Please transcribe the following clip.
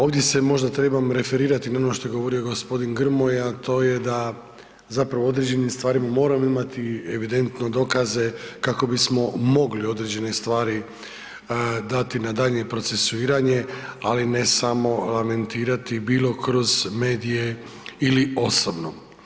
Ovdje se možda trebam referirati na ono što je govorio gospodin Grmoja, a to je da zapravo o određenim stvarima moramo imati evidentno dokaze kako bismo mogli određene stvari dati na daljnje procesuiranje ali ne samo mentirati bilo kroz medije ili osobno.